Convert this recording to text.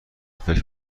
فکر